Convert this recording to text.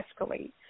escalate